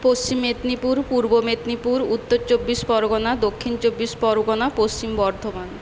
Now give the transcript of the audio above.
পশ্চিম মেদিনীপুর পূর্ব মেদিনীপুর উত্তর চব্বিশ পরগনা দক্ষিণ চব্বিশ পরগনা পশ্চিম বর্ধমান